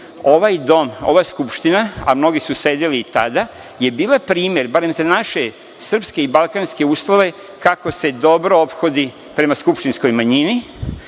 ovaj dom, ova Skupština, a mnogi su sedeli i tada je bila primer barem za naše srpske i balkanske uslove kako se dobro ophodi prema skupštinskoj manjini. Čelnici,